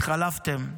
התחלפתם.